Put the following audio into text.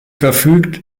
verfügt